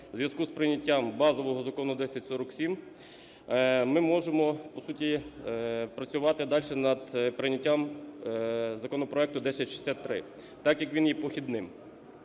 у зв'язку з прийняттям базового Закону 1047 ми можемо по суті працювати дальше над прийняттям законопроекту 1063, так як він є похідним.